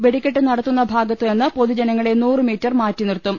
വെടിക്കെട്ട് നടത്തുന്ന ഭാഗത്തുനിന്ന് പൊതുജനങ്ങളെ നൂറുമീറ്റർ മാറ്റിനിർത്തും